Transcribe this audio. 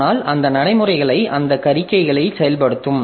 ஆனால் அந்த நடைமுறைகளை அந்த அறிக்கைகளை செயல்படுத்தும்